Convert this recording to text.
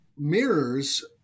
Mirrors